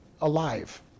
alive